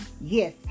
Yes